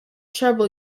trouble